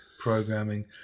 programming